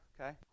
Okay